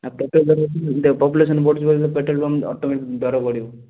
ଆ population ଦେଖ population ବଢ଼ୁଛି ମାନେ ପେଟ୍ରୋଲ୍ ପମ୍ପ ଅଟୋମେଟିକ୍ ଦର ବଢ଼ିବ